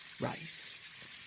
rice